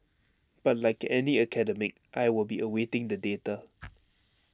but like any academic I will be awaiting the data